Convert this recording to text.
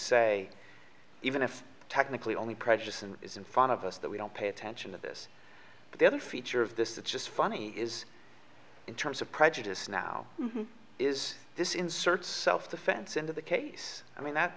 say even if technically only precious and it is in front of us that we don't pay attention to this but the other feature of this it's just funny is in terms of prejudice now is this insert self defense into the case i mean that